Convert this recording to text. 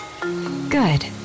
good